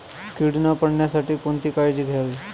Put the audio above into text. कीड न पडण्यासाठी कोणती काळजी घ्यावी?